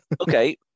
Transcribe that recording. Okay